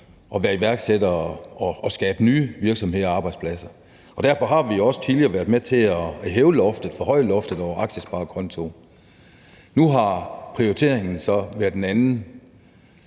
at være iværksætter og at skabe nye virksomheder og arbejdspladser. Og derfor har vi også tidligere været med til at hæve loftet over aktiesparekontoen. Nu har prioriteringen så været en anden,